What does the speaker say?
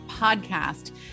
podcast